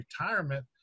retirement